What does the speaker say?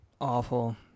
Awful